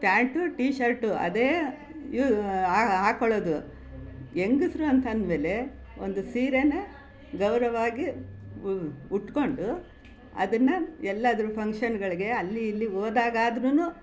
pant T shirt ಅದೇ ಯು ಹಾಕೊಳ್ಳೋದು ಹೆಂಗಸ್ರು ಅಂತ ಅಂದಮೇಲೆ ಒಂದು ಸೀರೆನ ಗೌರವವಾಗಿ ಉಟ್ಕೊಂಡು ಅದನ್ನು ಎಲ್ಲಾದರೂ ಫಂಕ್ಷನ್ನುಗಳ್ಗೆ ಅಲ್ಲಿ ಇಲ್ಲಿ ಹೋದಾಗಾದ್ರೂ